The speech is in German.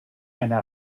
eine